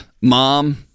mom